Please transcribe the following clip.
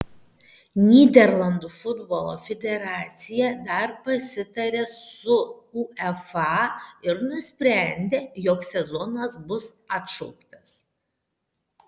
nyderlandų futbolo federacija dar pasitarė su uefa ir nusprendė jog sezonas bus atšauktas